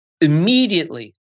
Immediately